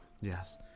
Yes